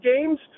games